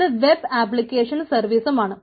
അത് web application സർവീസുമാണ്